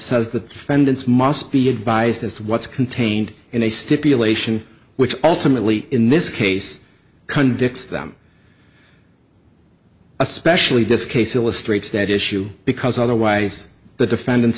says the defendants must be advised as to what's contained in a stipulation which ultimately in this case convicts them especially disc case illustrates that issue because otherwise the defendant